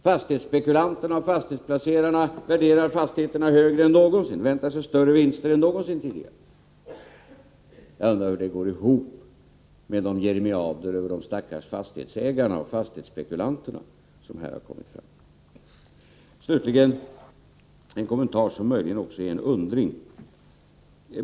Fastighetsspekulanterna och fastighetsplacerarna värderar fastigheterna högre än någonsin och väntar sig större vinster än någonsin. Jag undrar hur det går ihop med de jeremiader över de stackars fastighetsägarna och fastighetsspekulanterna som här har framförts. Slutligen en kommentar som möjligen också är en undring.